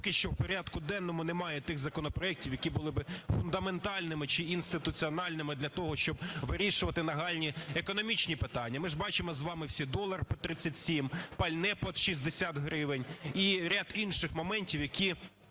поки що в порядку денному немає тих законопроектів, які були б фундаментальними чи інституціональними для того, щоб вирішувати нагальні економічні питання. Ми ж бачимо з вами всі долар по 37, пальне під 60 гривень і ряд інших моментів, які